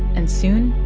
and soon,